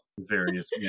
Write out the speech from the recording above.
various